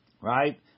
right